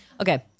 okay